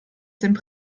sind